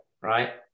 right